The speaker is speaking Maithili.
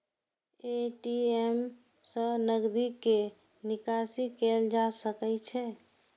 ए.टी.एम सं नकदी के निकासी कैल जा सकै छै